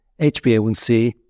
HbA1c